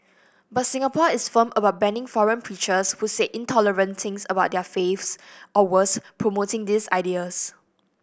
but Singapore is firm about banning foreign preachers who say intolerant things about other faiths or worse promoting these ideas